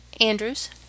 Andrews